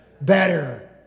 Better